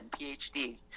PhD